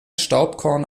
staubkorn